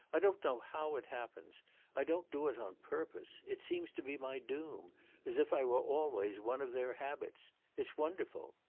i don't know how it happens i don't do it on purpose it seems to be my doom as if i were always one of their habits it's wonderful!